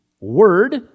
Word